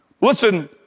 listen